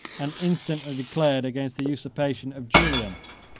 and instantly declared against the usurpation of julian.